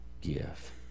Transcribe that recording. give